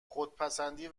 خودپسندی